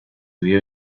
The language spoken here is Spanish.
vio